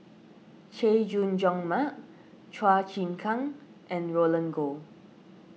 Chay Jung Jun Mark Chua Chim Kang and Roland Goh